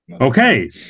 Okay